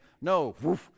No